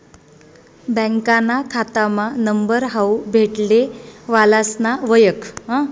बँकाना खातामा नंबर हावू भेटले वालासना वयख